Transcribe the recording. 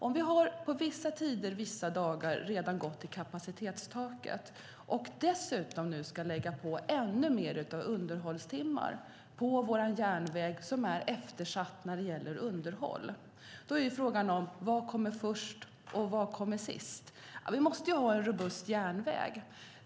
Om vi vissa tider vissa dagar redan har gått i kapacitetstaket, och dessutom nu ska lägga på ännu mer underhållstimmar på vår järnväg där underhållet är eftersatt, är frågan: Vad kommer först och vad kommer sist? Vi måste ha en robust järnväg.